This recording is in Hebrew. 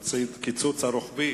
בנושא הקיצוץ הרוחבי